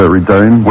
return